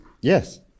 yes